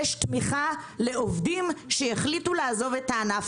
יש תמיכה לעובדים שהחליטו לעזוב את הענף.